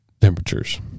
temperatures